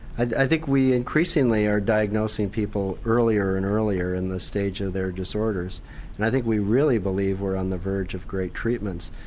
i think we increasingly are diagnosing people earlier and earlier in the stage of their disorders and i think we really believe we're on the verge of great treatments.